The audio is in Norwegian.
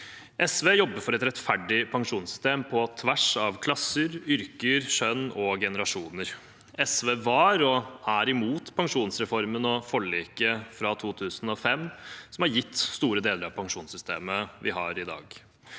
SV jobber for et rettferdig pensjonssystem på tvers av klasser, yrker, kjønn og generasjoner. SV var og er imot pensjonsreformen og forliket fra 2005, som har gitt store deler av pensjonssystemet vi har i dag.